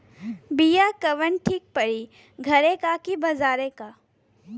बिया कवन ठीक परी घरे क की बजारे क?